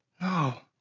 No